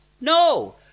No